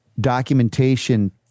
documentation